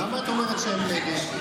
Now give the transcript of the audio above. למה את אומרת שהם נגד?